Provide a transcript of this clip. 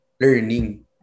learning